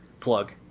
plug